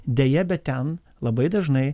deja bet ten labai dažnai